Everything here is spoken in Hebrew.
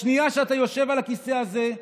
בשנייה שאתה יושב על הכיסא הזה,